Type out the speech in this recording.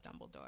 Dumbledore